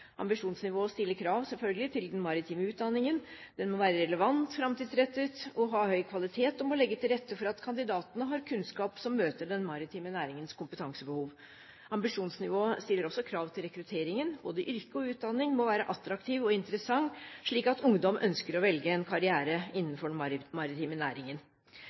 Ambisjonsnivået stiller selvfølgelig krav til den maritime utdanningen: Den må være relevant, framtidsrettet, ha høy kvalitet og må legge til rette for at kandidatene har kunnskap som møter den maritime næringens kompetansebehov. Ambisjonsnivået stiller også krav til rekrutteringen. Både yrket og utdanningen må være attraktiv og interessant, slik at ungdom ønsker å velge en karriere innenfor den maritime næringen.